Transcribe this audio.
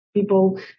people